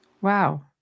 Wow